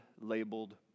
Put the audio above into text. labeled